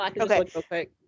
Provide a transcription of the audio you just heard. okay